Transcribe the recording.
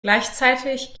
gleichzeitig